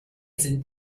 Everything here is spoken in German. sind